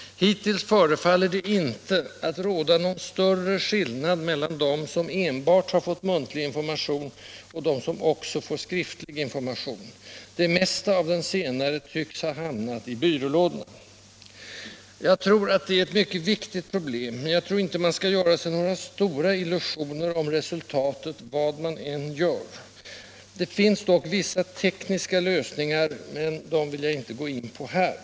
Hittills förefaller det inte vara någon större skillnad mellan dem som enbart har fått muntlig information och dem som också fått skriftlig information. Det mesta av den senare tycks ha hamnat i byrålådorna. Jag tror att det är ett mycket viktig problem, men jag tror inte att man skall göra sig några stora illusioner om resultatet vad man än gör. Det finns dock vissa tekniska lösningar, men dem vill jag inte gå in - Nr 37 på här.